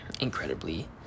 incredibly